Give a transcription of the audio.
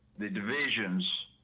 the divisions